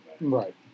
Right